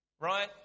right